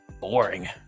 boring